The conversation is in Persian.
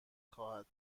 خواهد